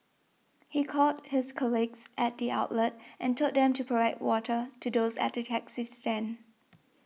he called his colleagues at the outlet and told them to provide water to those at the taxi stand